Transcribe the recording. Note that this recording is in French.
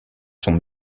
sont